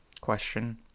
question